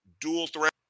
dual-threat